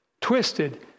Twisted